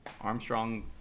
Armstrong